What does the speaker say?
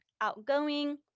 outgoing